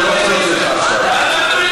ולכן,